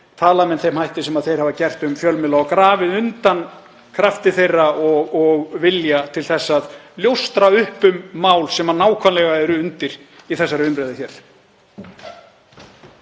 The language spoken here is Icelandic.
tala með þeim hætti sem þeir hafa gert um fjölmiðla og grafið undan krafti þeirra og vilja til að ljóstra upp um mál sem nákvæmlega eru undir í þessari umræðu hér.